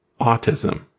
autism